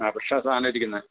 ആ ഫ്രഷ് ആണ് സാധനം ഇരിക്കുന്നത്